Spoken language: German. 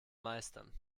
meistern